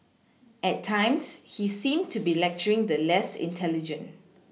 at times he seemed to be lecturing the less intelligent